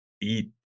eat